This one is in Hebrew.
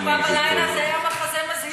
פעם אחרונה שהוא בא בלילה זה היה מחזה מזהיר,